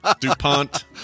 DuPont